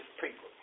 people